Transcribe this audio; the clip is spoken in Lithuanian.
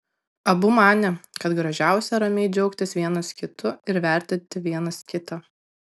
abu manė kad gražiausia ramiai džiaugtis vienas kitu ir vertinti vienas kitą